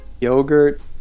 yogurt